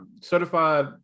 certified